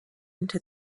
into